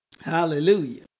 Hallelujah